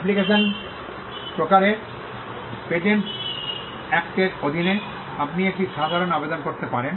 application প্রকারের patents অ্যাক্টের অধীনে আপনি একটি সাধারণ আবেদন করতে পারেন